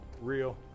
real